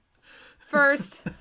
First